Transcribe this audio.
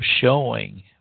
showing